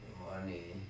money